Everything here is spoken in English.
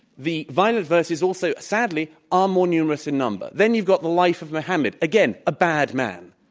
the violent verses also sadly are more numerous in number. then you've got the life of mohammad. again, a bad man,